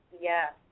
Yes